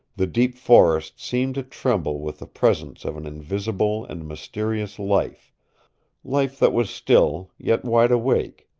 the deep forest seemed to tremble with the presence of an invisible and mysterious life life that was still, yet wide-awake,